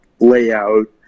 layout